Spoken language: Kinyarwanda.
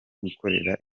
gukorera